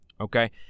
okay